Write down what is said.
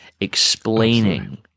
explaining